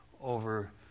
over